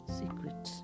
secret